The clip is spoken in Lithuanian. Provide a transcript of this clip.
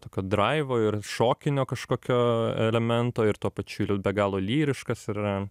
tokio draivo ir šokinio kažkokio elemento ir tuo pačiu il be galo lyriškas ir